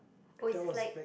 oh it's like